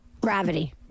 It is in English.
Gravity